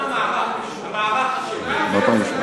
בזמן המערך, המערך אשם.